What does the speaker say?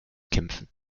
kämpfen